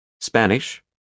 Spanish